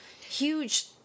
huge